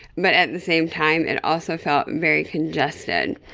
but at the same time it also felt very congested.